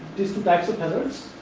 these two types of hazards.